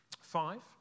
Five